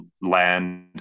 land